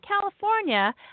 California